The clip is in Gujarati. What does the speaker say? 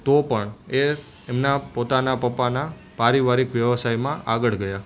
તો પણ એ એમના પોતાના પપ્પાના પારિવારિક વ્યવસાયમાં આગળ ગયા